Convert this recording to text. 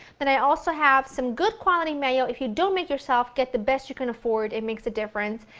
then i also have some good quality mayo, if you don't make yourself, get the best you can afford, it makes a difference.